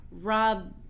Rob